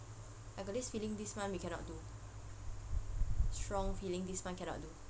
I got this feeling this month we cannot do strong feeling this month cannot do